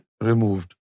removed